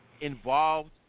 involved